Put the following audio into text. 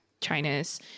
China's